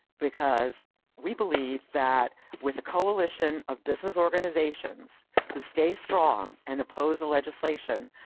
because we believe that with a coalition of business organizations who stay strong and oppose the legislation,